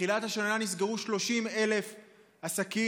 מתחילת השנה נסגרו 30,000 עסקים,